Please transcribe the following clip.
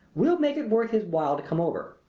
we'll make it worth his while to come over.